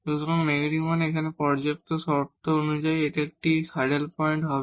সুতরাং নেগেটিভ মানে এখন পর্যাপ্ত শর্ত অনুযায়ী এটি একটি স্যাডেল পয়েন্ট হবে